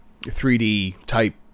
3D-type